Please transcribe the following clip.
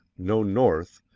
no north,